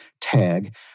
tag